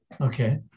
okay